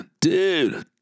Dude